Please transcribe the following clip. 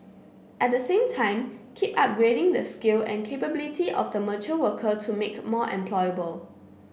at the same time keep upgrading the skill and capability of the mature worker to make more employable